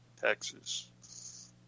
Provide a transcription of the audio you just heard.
Texas